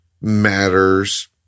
matters